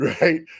right